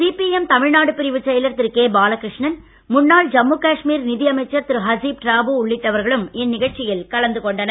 CPM Tamil Nadu பிரிவுச் செயலர் Thiru K Balakrishnan முன்னாள் ஜம்மு காஷ்மீர் நிதி அமைச்சர் திரு ஹசீப் டிராபு உள்ளிட்டவர்களும் இந்நிகழ்ச்சியில் கலந்து கொண்டனர்